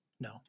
No